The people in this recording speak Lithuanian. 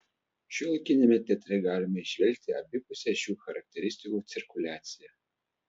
šiuolaikiniame teatre galima įžvelgti abipusę šių charakteristikų cirkuliaciją